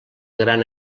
gran